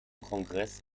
kongress